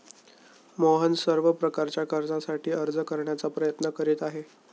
मोहन सर्व प्रकारच्या कर्जासाठी अर्ज करण्याचा प्रयत्न करीत आहे